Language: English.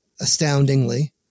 astoundingly